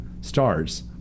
stars